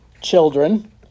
children